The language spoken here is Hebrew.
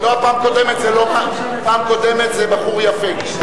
פעם קודמת, זה בחור יפה.